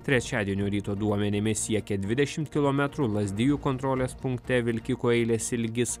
trečiadienio ryto duomenimis siekė dvidešimt kilometrų lazdijų kontrolės punkte vilkikų eilės ilgis